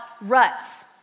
ruts